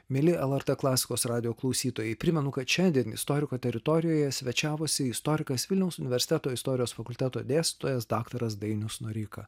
mieli lrt klasikos radijo klausytojai primenu kad šiandien istoriko teritorijoje svečiavosi istorikas vilniaus universiteto istorijos fakulteto dėstytojas daktaras dainius noreika